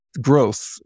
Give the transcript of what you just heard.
growth